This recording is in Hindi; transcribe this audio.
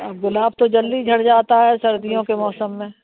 गुलाब तो जल्दी झड़ जाता है सर्दियों के मौसम में